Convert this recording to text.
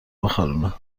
بخارونه